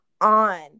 on